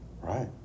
right